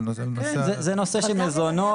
כן, זה נושא של מזונות.